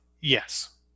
Yes